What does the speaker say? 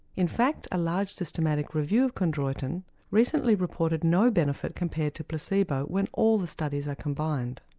in fact a large systematic review of chondroitin recently reported no benefit compared to placebo when all the studies are combined.